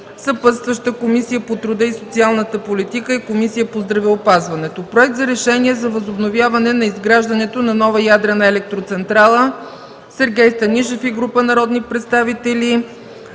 съпътстваща е Комисията по труда и социалната политика и Комисията по здравеопазването; - Проект за решение за възобновяване на изграждането на нова ядрена електроцентрала – Сергей Станишев и група народни представители,